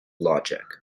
logic